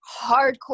hardcore